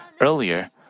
earlier